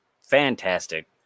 Fantastic